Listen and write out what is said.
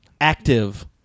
Active